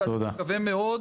אני מקווה מאוד,